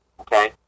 okay